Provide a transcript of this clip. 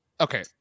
okay